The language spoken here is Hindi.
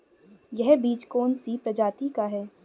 यह बीज कौन सी प्रजाति का है?